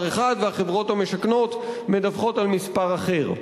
אחד והחברות המשכנות מדווחות על מספר אחר?